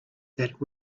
that